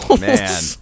Man